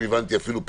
אפילו פחות.